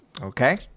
okay